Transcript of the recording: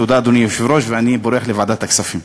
תודה, אדוני היושב-ראש, אני בורח לוועדת הכספים.